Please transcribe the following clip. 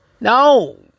No